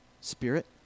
spirit